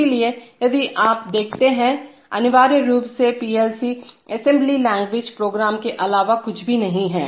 इसलिए यदि आप देखते हैं अनिवार्य रूप से पीएलसी असेंबली लैंग्वेज प्रोग्राम के अलावा कुछ भी नहीं हैं